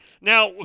Now